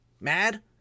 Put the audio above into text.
mad